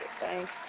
Thanks